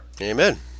Amen